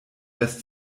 lässt